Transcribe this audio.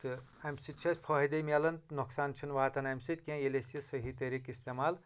تہٕ اَمہِ سۭتۍ چھِ اَسہِ فٲہدَے میلان نۄقصان چھُنہٕ واتان اَمہِ سۭتۍ کیٚنٛہہ ییٚلہِ أسۍ یہِ صحیح طریٖقہ اِستعمال